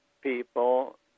people